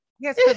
Yes